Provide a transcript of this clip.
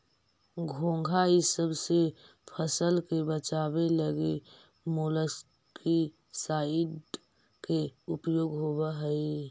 घोंघा इसब से फसल के बचावे लगी मोलस्कीसाइड के उपयोग होवऽ हई